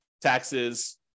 taxes